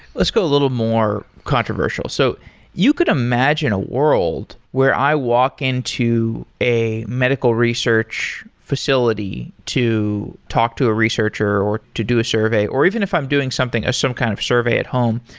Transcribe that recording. let's go a little more controversial. so you could imagine a world where i walk into a medical research facility to talk to a researcher, or to do a survey, or even if i'm doing something some kind of survey at home,